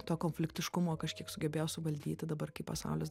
to konfliktiškumo kažkiek sugebėjo suvaldyti dabar kai pasaulis